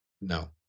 No